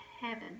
heaven